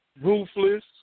Ruthless